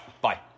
Bye